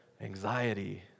anxiety